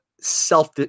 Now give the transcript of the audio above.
self